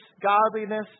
godliness